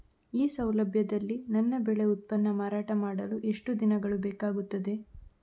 ಈ ಸೌಲಭ್ಯದಲ್ಲಿ ನನ್ನ ಬೆಳೆ ಉತ್ಪನ್ನ ಮಾರಾಟ ಮಾಡಲು ಎಷ್ಟು ದಿನಗಳು ಬೇಕಾಗುತ್ತದೆ?